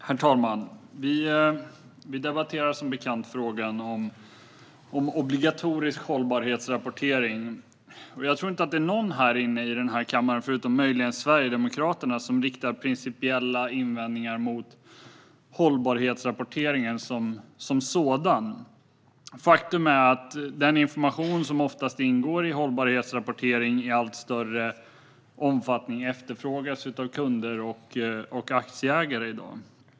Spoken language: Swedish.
Herr talman! Vi debatterar som bekant frågan om obligatorisk hållbarhetsrapportering. Jag tror inte att det är någon här i kammaren, förutom möjligen Sverigedemokraterna, som riktar några principiella invändningar mot hållbarhetsrapportering som sådan. Faktum är att den information som oftast ingår i hållbarhetsrapportering i allt större omfattning efterfrågas av kunder och aktieägare i dag.